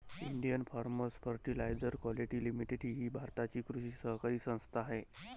Indian farmers fertiliser quality limited ही भारताची कृषी सहकारी संस्था आहे